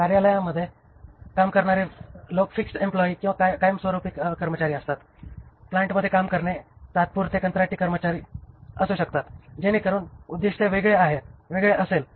कार्यालयात काम करणारे लोक फिक्स्ड एम्प्लॉयी किंवा कायमस्वरूपी कर्मचारी असतात प्लांटमध्ये काम करणे तात्पुरते कंत्राटी कर्मचारी असू शकतात जेणेकरून उद्दीष्ट वेगळे असेल